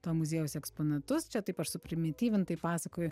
to muziejaus eksponatus čia taip aš suprimityvintai pasakoju